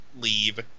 leave